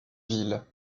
ville